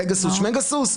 "פגסוס שמגסוס"